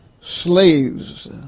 slaves